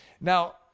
Now